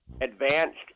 advanced